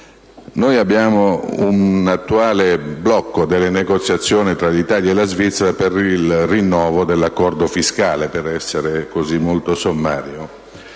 Attualmente vi è il blocco delle negoziazioni tra l'Italia e la Svizzera per il rinnovo dell'accordo fiscale (per essere molto sommario),